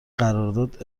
قرارداد